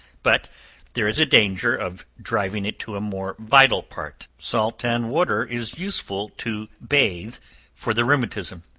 but there is a danger of driving it to a more vital part. salt and water is useful to bathe for the rheumatism,